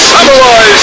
Samurai